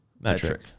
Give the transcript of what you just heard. metric